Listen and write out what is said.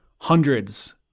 hundreds